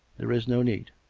there is no need.